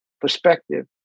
perspective